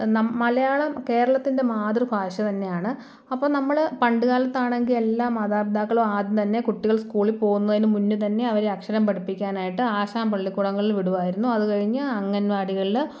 മലയാളം കേരളത്തിൻ്റെ മാതൃഭാഷ തന്നെയാണ് അപ്പോൾ നമ്മൾ പണ്ടുകാലത്ത് ആണെങ്കിൽ എല്ലാ മാതാപിതാക്കളും ആദ്യം തന്നെ കുട്ടികൾ സ്കൂളിൽ പോകുന്നതിനു മുന്നേ തന്നെ അവരെ അക്ഷരം പഠിപ്പിക്കാനായിട്ട് ആശാൻ പള്ളിക്കൂടങ്ങളിൽ വിടുമായിരുന്നു അതുകഴിഞ്ഞ് അങ്കണവാടികളിൽ